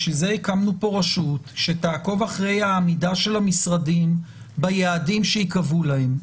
לכן הקמנו פה רשות שתעקוב אחרי העמידה של המשרדים ביעדים שייקבעו להם,